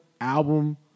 album